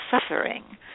suffering